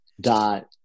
dot